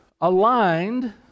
aligned